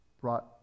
brought